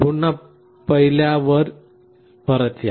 पुन्हा पहिल्या वर परत या